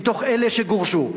מתוך אלה שגורשו,